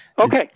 Okay